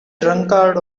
drunkard